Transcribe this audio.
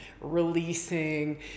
releasing